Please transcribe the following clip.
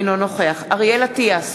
אינו נוכח אריאל אטיאס,